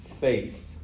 faith